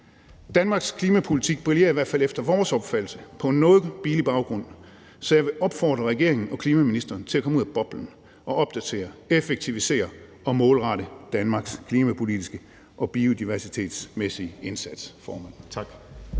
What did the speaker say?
Danmarks klimapolitik brillerer i hvert fald efter vores opfattelse på en noget billig baggrund, så jeg vil opfordre regeringen og klimaministeren til at komme ud af boblen og opdatere, effektivisere og målrette Danmarks klimapolitiske og biodiversitetsmæssige indsats.